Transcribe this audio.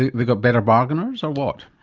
they got better bargainers or what?